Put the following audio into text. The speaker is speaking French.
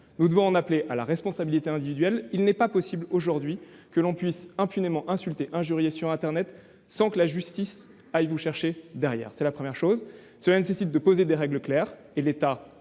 Nous devons donc en appeler à la responsabilité individuelle. Il n'est pas possible aujourd'hui que l'on puisse impunément insulter, injurier sur internet, sans que la justice vienne vous demander des comptes. Cela nécessite de poser des règles claires, et l'État